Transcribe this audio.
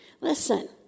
Listen